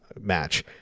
match